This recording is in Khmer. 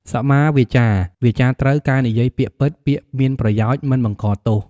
សម្មាវាចា វាចាត្រូវ ការនិយាយពាក្យពិត ពាក្យមានប្រយោជន៍ មិនបង្កទោស។